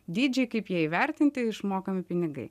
dydžiai kaip jie įvertinti išmokami pinigai